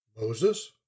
Moses